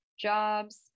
jobs